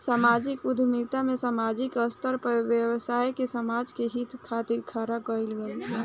सामाजिक उद्यमिता में सामाजिक स्तर पर व्यवसाय के समाज के हित खातिर खड़ा कईल जाला